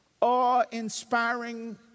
awe-inspiring